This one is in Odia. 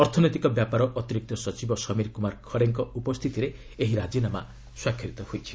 ଅର୍ଥନୈତିକ ବ୍ୟାପାର ଅତିରିକ୍ତ ସଚିବ ସମୀର କୁମାର ଖରେଙ୍କ ଉପସ୍ଥିତିରେ ଏହି ରାଜିନାମା ସ୍ୱାକ୍ଷରିତ ହୋଇଛି